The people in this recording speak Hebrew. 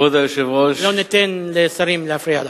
לא ניתן לשרים להפריע לך.